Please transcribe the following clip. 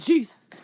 Jesus